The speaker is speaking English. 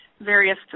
various